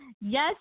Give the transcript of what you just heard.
yes